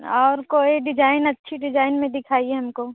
और कोई डिजाइन अच्छी डिजाइन में दिखाइए हमको